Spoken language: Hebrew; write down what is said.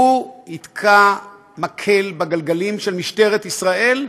שהוא יתקע מקל בגלגלים של משטרת ישראל,